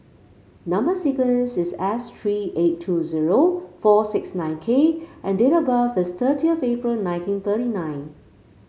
number sequence is S three eight two zero four six nine K and date of birth is thirtieth April nineteen thirty nine